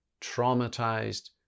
traumatized